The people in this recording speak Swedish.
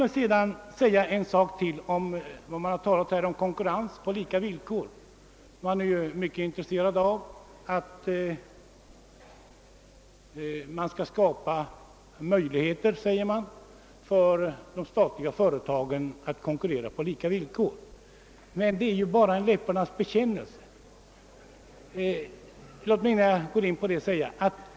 Man har här talat om konkurrens på lika villkor, och man är mycket intresserad av att ge de statliga företagen möjligheter till sådan konkurrens. Det är emellertid en läpparnas bekännelse.